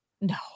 No